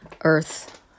earth